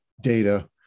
data